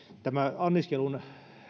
tämä anniskelun